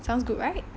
sounds good right